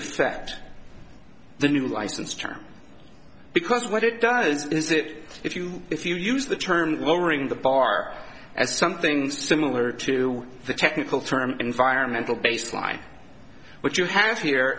affect the new license term because what it does is it if you if you use the term will ring the bar as something similar to the technical term environmental baseline what you have here